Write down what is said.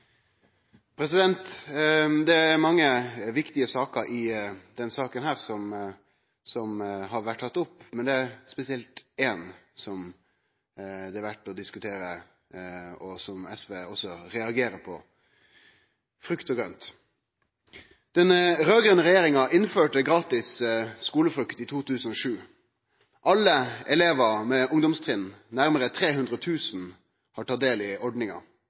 skolen. Det er mange viktige tema i denne saka som har blitt tatt opp, men det er spesielt eitt som det er verdt å diskutere, og som SV også reagerer på, nemleg frukt og grønt i skulen. Den raud-grøne regjeringa innførte gratis skulefrukt i 2007. Alle elevar ved ungdomstrinnet, nærmare 300 000, har tatt del i ordninga.